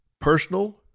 personal